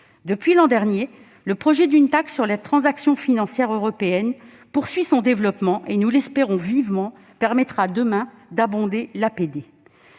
Depuis l'an dernier, le projet d'une taxe sur les transactions financières européennes poursuit son développement et, nous l'espérons vivement, permettra demain d'abonder l'APD.